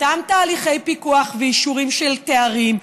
אותם תהליכי פיקוח ואישורים של תארים.